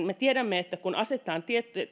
me tiedämme että kun asetetaan